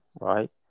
right